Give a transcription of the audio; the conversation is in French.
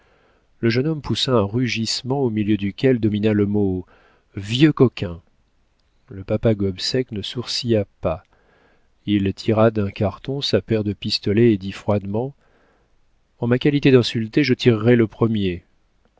le jeune homme poussa un rugissement au milieu duquel domina le mot vieux coquin le papa gobseck ne sourcilla pas il tira d'un carton sa paire de pistolets et dit froidement en ma qualité d'insulté je tirerai le premier